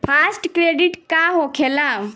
Fast credit का होखेला?